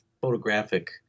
photographic